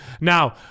now